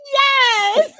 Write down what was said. yes